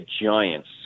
giants